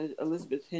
Elizabeth